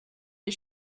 des